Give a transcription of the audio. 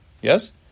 yes